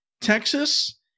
Texas